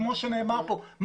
כמו שנאמר פה,